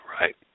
Right